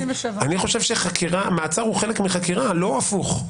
אני חושב שמעצר הוא חלק מחקירה, לא הפוך.